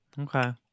Okay